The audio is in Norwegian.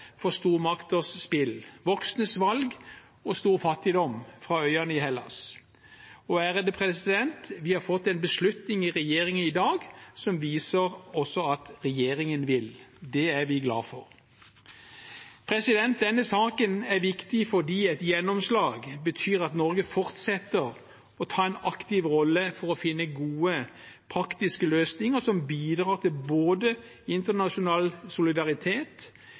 for stormakters spill, voksnes valg og stor fattigdom, fra øyene i Hellas. Vi har fått en beslutning i regjeringen i dag som viser at også regjeringen vil. Det er vi glad for. Denne saken er viktig, fordi et gjennomslag betyr at Norge fortsetter å ta en aktiv rolle for å finne gode praktiske løsninger som bidrar til både internasjonal solidaritet